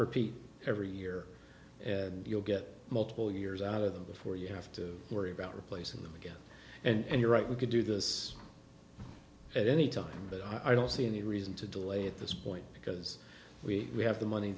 repeat every year and you'll get multiple years out of them before you have to worry about replacing them again and you're right we could do this at any time but i don't see any reason to delay at this point because we have the money